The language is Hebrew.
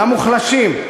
למוחלשים,